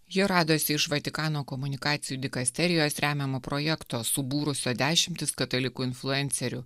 jie radosi iš vatikano komunikacijų dikasterijos remiamo projekto subūrusio dešimtis katalikų influencerių